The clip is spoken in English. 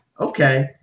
Okay